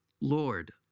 Lord